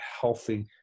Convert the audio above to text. healthy